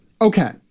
okay